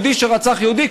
יהודי שרצח יהודי,